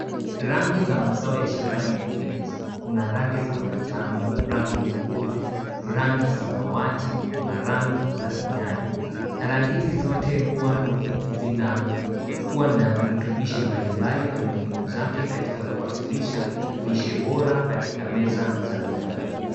Rangi za mazao ya shambani hupendeza , kuna rangi za manjano ,rangi nyekundu , rangi samawati kuna rangi za kijani na rangi hizi zote huwa zinakuwa na virutubishi mbalimbali na muhimu zake katika kuwasilisha lishe bora katika meza za bindamu.